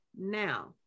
now